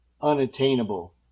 unattainable